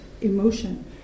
emotion